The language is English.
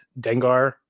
Dengar